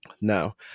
Now